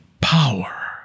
power